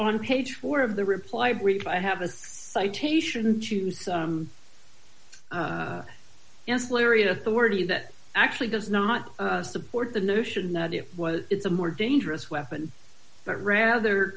on page four of the reply brief i have a citation to some ancillary authority that actually does not support the notion that it was it's a more dangerous weapon but rather